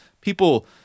people